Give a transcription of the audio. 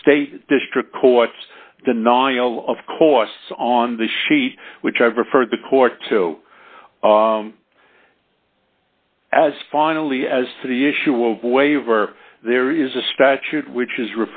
state district courts the nile of course on the sheet which i've referred the court to as finally as to the issue of waiver there is a statute which is